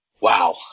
Wow